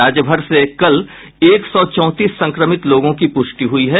राज्य भर से कल एक सौ चौंतीस संक्रमित लोगों की पुष्टि हुई है